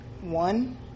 one